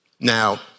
Now